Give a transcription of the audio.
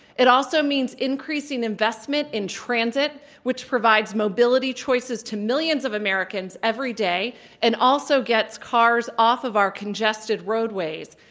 it also means increasing investment in transit which provides mobility choices to millions of americans every day and also gets cars off of our congested roadways.